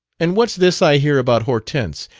and what's this i hear about hortense?